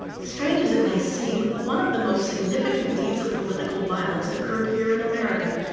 strange as it may seem, one of the most significant deeds of political violence occurred here in america,